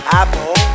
apple